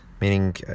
Meaning